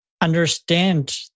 understand